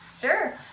Sure